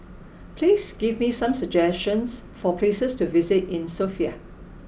please give me some suggestions for places to visit in Sofia